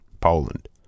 Poland